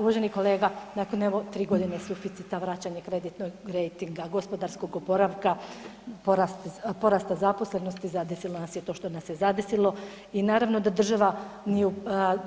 Uvaženi kolega, nakon evo 3.g. suficita, vraćanja kreditnog rejtinga, gospodarskog oporavka, porasta zaposlenosti, zadesilo nas je to što nas je zadesilo i naravno da država nije